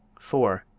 four.